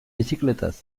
bizikletaz